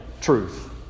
truth